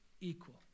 equal